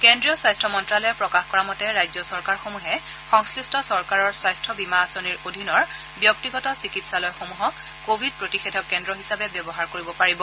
কেন্দ্ৰীয় স্বাস্থ্য মন্ত্যালয়ে প্ৰকাশ কৰা মতে ৰাজ্য চৰকাৰসমূহে সংশ্লিষ্ট চৰকাৰৰ স্বাস্থ্য বীমা আঁচনিৰ অধীনত ব্যক্তিগত চিকিৎসালয়সমূহক কোৰিড প্ৰতিষেধক কেন্দ্ৰ হিচাপে ব্যৱহাৰ কৰিব পাৰিব